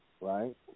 right